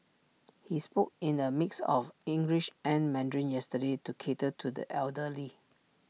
he spoke in A mix of English and Mandarin yesterday to cater to the elderly